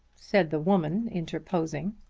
said the woman interposing.